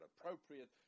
appropriate